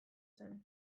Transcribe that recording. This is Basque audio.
zen